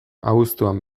abuztuan